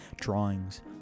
drawings